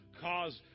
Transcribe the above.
cause